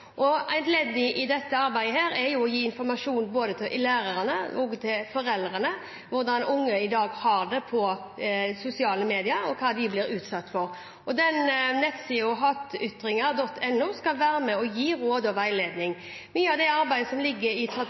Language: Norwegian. Et ledd i dette arbeidet er å gi informasjon både til lærerne og til foreldrene om hvordan unge i dag har det på sosiale medier, og hva de blir utsatt for. Nettsiden hatytringer.no skal være med og gi råd og veiledning. Mye av det arbeidet som ligger i